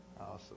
Awesome